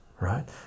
right